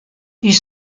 ils